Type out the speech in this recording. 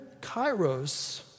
kairos